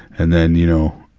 and then you know,